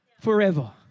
forever